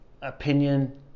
Opinion